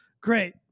Great